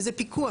וזה פיקוח.